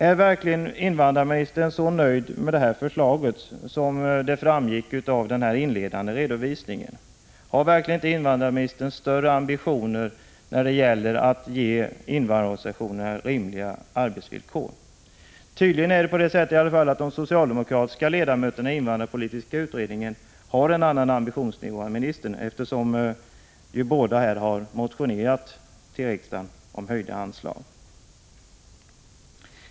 Är verkligen invandrarministern så nöjd med sitt förslag som framgick av den inledande redovisningen? Har verkligen inte invandrarministern större ambitioner när det gäller att ge invandrarorganisationerna rimliga arbetsvillkor? Tydligen är det i alla fall så, att de socialdemokratiska ledamöterna i invandrarpolitiska utredningen har en annan ambitionsnivå än ministern, eftersom ju båda har motionerat till riksdagen om höjda anslag.